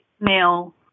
male